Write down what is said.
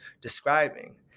describing